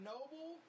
Noble